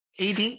AD